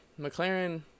McLaren